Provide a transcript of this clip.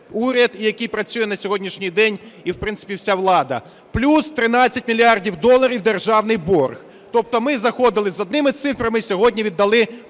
який працює на сьогоднішній день і, в принципі, вся влада. Плюс 13 мільярдів доларів державний борг. Тобто ми заходили з одними цифрами, сьогодні віддали